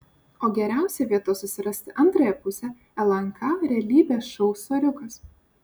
o geriausia vieta susirasti antrąją pusę lnk realybės šou soriukas